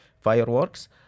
fireworks